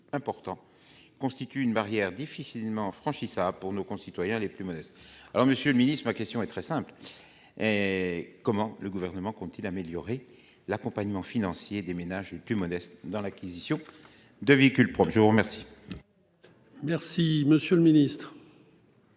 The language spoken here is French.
important constitue une barrière difficilement franchissable pour nos concitoyens les moins aisés. Dès lors, monsieur le ministre, ma question est très simple : comment le Gouvernement compte-t-il améliorer l'accompagnement financier des ménages les plus modestes dans l'acquisition de véhicules propres ? La parole est à M. le ministre.